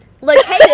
located